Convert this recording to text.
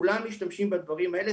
כולם משתמשים בדברים האלה,